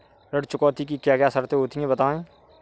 ऋण चुकौती की क्या क्या शर्तें होती हैं बताएँ?